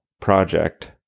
project